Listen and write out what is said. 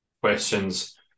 questions